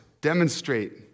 demonstrate